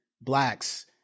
Blacks